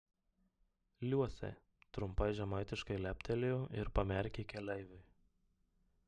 liuosai trumpai žemaitiškai leptelėjo ir pamerkė keleiviui